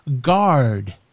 guard